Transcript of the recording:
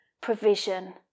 provision